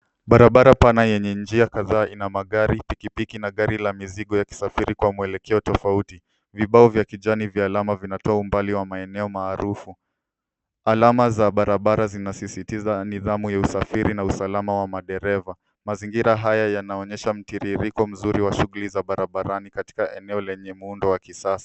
Barabara pana yenye njia kadhaa ina magari, pikipiki na gari ya mizigo ikisafiri kwa mwelekeo tofauti. Vibao vya kijani wa alama vinatoa umbali wa maeneo maarufu. Alama za barabara zina sisitiza nidhamu ya usafiri na usalama wa madereva. Mazingira haya yanaonyesha mtirirko mzuri wa shuguli za barabarani katika eneo lenye muundo wa kisasa.